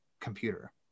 computer